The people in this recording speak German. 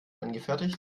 angefertigt